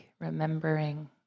remembering